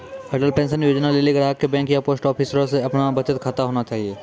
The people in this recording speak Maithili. अटल पेंशन योजना लेली ग्राहक के बैंक या पोस्ट आफिसमे अपनो बचत खाता होना चाहियो